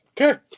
Okay